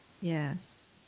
Yes